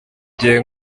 gihe